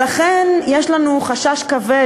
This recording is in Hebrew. לכן יש לנו חשש כבד,